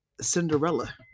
Cinderella